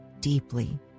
deeply